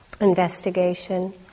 investigation